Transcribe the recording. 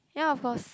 ya of course